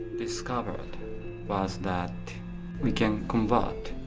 discovered was that we can convert